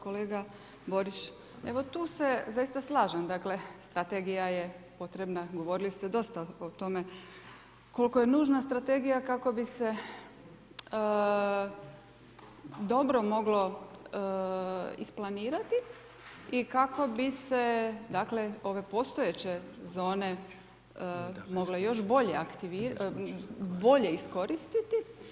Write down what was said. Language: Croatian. Kolega Borić evo tu se zaista slažem, dakle strategija je potrebna, govorili ste dosta o tome koliko je nužna strategija kako bi se dobro moglo isplanirati i kako bi se, dakle ove postojeće zone mogle još bolje iskoristiti.